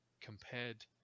compared